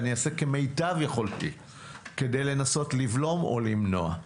אני אעשה כמיטב יכולתי כדי לנסות לבלום או למנוע.